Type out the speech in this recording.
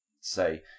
say